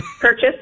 Purchase